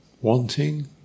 wanting